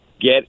get